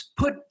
put